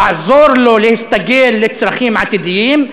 לעזור להם להסתגל לצרכים עתידיים.